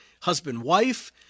husband-wife